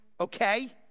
okay